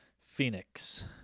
Phoenix